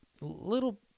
little